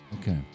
Okay